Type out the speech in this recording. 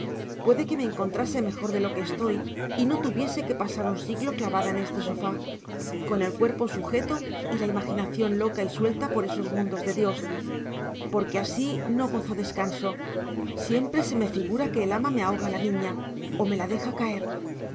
puede que me encontrase mejor de lo que estoy y no tuviese que pasar un siglo clavada en este sofá con el cuerpo sujeto y la imaginación loca y suelta por esos mundos de dios porque así no gozo descanso siempre se me figura que el ama me ahoga la niña o me la deja caer